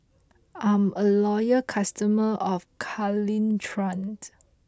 I'm a loyal customer of Caltrate